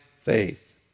faith